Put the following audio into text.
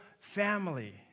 family